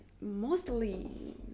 mostly